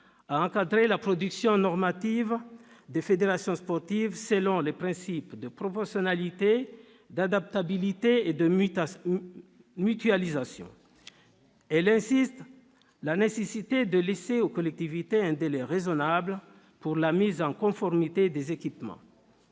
à encadrer la production normative des fédérations sportives, selon les principes de proportionnalité, d'adaptabilité et de mutualisation. Elle insiste sur la nécessité de laisser aux collectivités un délai raisonnable pour la mise en conformité des équipements.